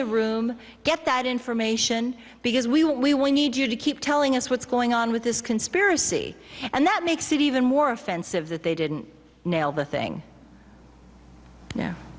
the room get that information because we want we we need you to keep telling us what's going on with this conspiracy and that makes it even more offensive that they didn't nail the thing